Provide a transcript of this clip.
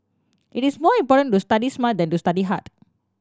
it is more important to study smart than to study hard